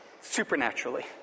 supernaturally